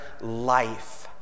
life